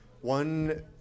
One